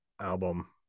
album